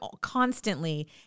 constantly